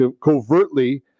covertly